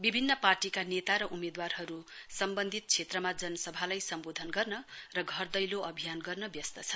विभिन्न पार्टीका नेता र उम्मेदवारहरू सम्वन्धित क्षेत्रमा जनसभालाई सम्वोधन गर्न र घर दैलो अभियान गर्न व्यस्त छ